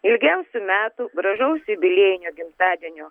ilgiausių metų gražaus jubiliejinio gimtadienio